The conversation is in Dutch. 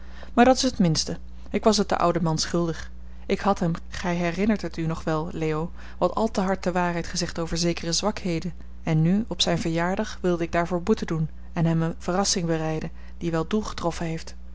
maar dat is het minste ik was het den ouden man schuldig ik had hem gij herinnert het u nog wel leo wat al te hard de waarheid gezegd over zekere zwakheden en nu op zijn verjaardag wilde ik daarvoor boete doen en hem eene verrassing bereiden die wel doel getroffen heeft